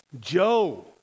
Joe